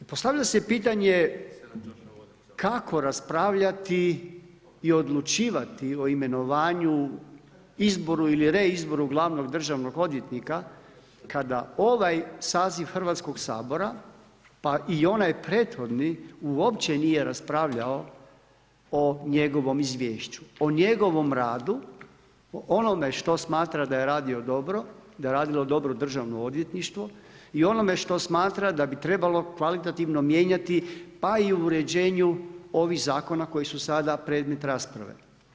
I postavlja se pitanje kako raspravljati i odlučivati o imenovanju, izboru ili reizboru glavnog državnog odvjetnika kada ovaj saziv Hrvatskoga sabora pa i onaj prethodni uopće nije raspravljao o njegovom izvješću, o njegovom radu, o onome što smatra da je radio dobro, da je radilo dobro Državno odvjetništvo i onome što smatra da bi trebalo kvalitativno mijenjati pa i u uređenju ovih zakona koji su sada predmet rasprave.